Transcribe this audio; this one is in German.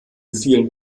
vielen